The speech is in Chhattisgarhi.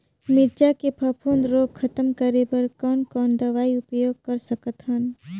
मिरचा के फफूंद रोग खतम करे बर कौन कौन दवई उपयोग कर सकत हन?